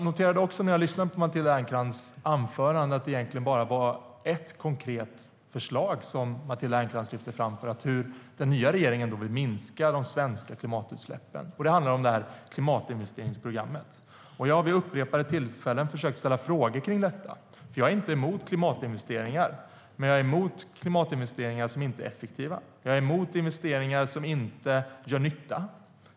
När jag lyssnade på Matilda Ernkrans anförande noterade jag att det egentligen bara var ett konkret förslag som Matilda Ernkrans lyfte fram för hur den nya regeringen vill minska de svenska klimatutsläppen. Det handlar om klimatinvesteringsprogrammet. Jag har vid upprepade tillfällen försökt att ställa frågor om detta. Jag är inte emot klimatinvesteringar, men jag är emot klimatinvesteringar som inte är effektiva. Jag är emot investeringar som inte gör nytta.